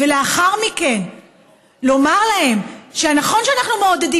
ולאחר מכן לומר להם שנכון שאנחנו מעודדים